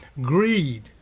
Greed